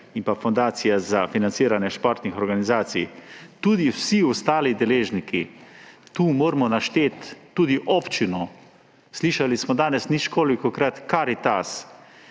in pa Fundacija za financiranje športnih organizacij, tudi vsi ostali deležniki, tu moramo našteti tudi občino, slišali smo danes ničkolikokrat – Karitas